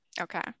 Okay